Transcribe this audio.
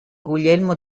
guglielmo